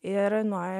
ir nuo